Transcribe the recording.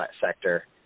sector